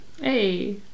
Hey